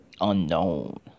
unknown